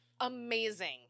Amazing